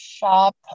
shop